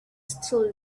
still